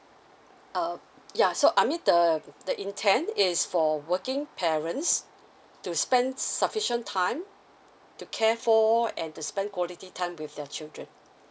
err yeah so I mean the the intend is for working parents to spend sufficient time to care for and to spend quality time with their children